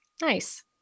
Nice